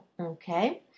okay